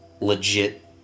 legit